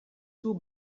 two